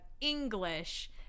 English